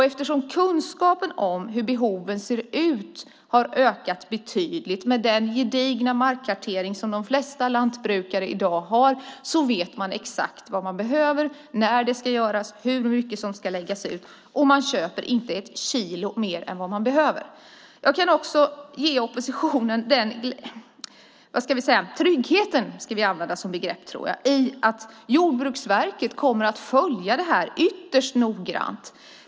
Eftersom kunskapen om hur behoven ser ut har ökat betydligt med den gedigna markkartering som de flesta lantbrukare i dag har vet man exakt vad man behöver, när det ska göras, hur mycket som ska läggas ut, och man köper inte ett kilo mer än vad man behöver. Jag kan ge oppositionen den tryggheten att Jordbruksverket kommer att följa det här ytterst noggrant.